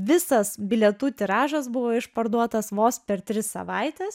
visas bilietų tiražas buvo išparduotas vos per tris savaites